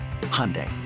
Hyundai